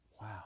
Wow